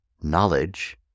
knowledge